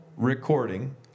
Recording